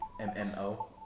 MMO